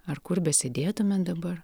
ar kur besėdėtume dabar